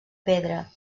pedra